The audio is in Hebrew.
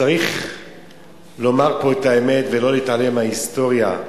צריך לומר פה את האמת, ולא להתעלם מההיסטוריה,